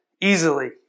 easily